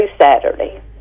Saturday